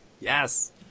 Yes